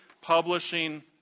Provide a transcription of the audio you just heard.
publishing